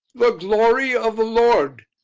the glory of the lord!